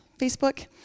Facebook